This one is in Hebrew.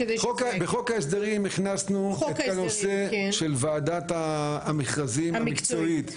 בחוק ההסדרים הכנסנו את כל הנושא של ועדת המכרזים המקצועית.